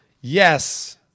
Yes